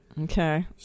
Okay